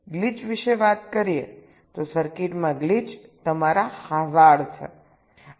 glitch વિશે વાત કરીએ તો સર્કિટમાં ગ્લિચ તમારા હાજાર્ડ છે